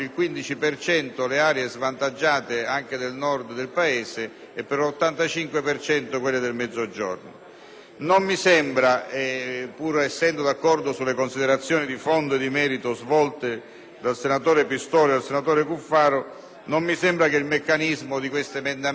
Non mi sembra tuttavia, pur essendo d’accordo sulle considerazioni di fondo e di merito svolte dai senatori Pistorio e Cuffaro, che il meccanismo di questo emendamento risolva il problema. Quindi, in questa sede il Popolo della Libertanon votera